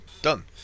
done